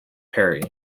perry